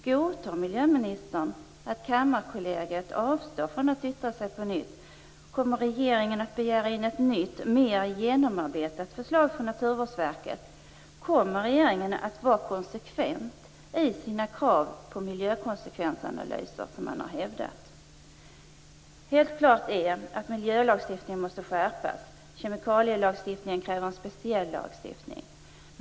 Godtar miljöministern att Kammarkollegiet avstår från att yttra sig på nytt? Kommer regeringen att begära in ett nytt, mer genomarbetat förslag från Naturvårdsverket? Kommer regeringen att vara konsekvent i sina krav på miljökonsekvensanalyser, som man har hävdat? Helt klart är att miljölagstiftningen måste skärpas. Kemikalierna kräver en speciell lagstiftning.